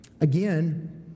Again